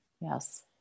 Yes